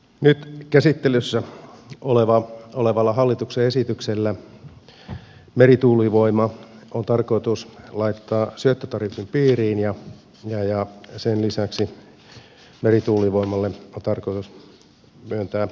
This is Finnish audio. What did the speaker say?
nyt käsittelyssä olevalla hallituksen esityksellä merituulivoima on tarkoitus laittaa syöttötariffin piiriin ja sen lisäksi merituulivoimalle on tarkoitus myöntää energiatukia